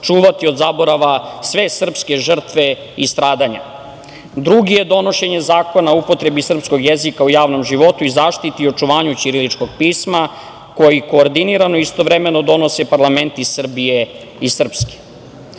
čuvati od zaborava sve srpske žrtve i stradanja. Drugi je donošenje Zakona o upotrebi srpskoj jezika u javnom životu i zaštiti i očuvanju ćiriličnog pisma koji koordinirano istovremeno donose parlamenti Srbije i Srpske. Srpski